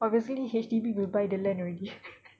obviously H_D_B will buy the land already